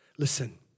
Listen